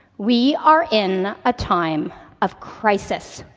we are in a time of crisis.